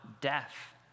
death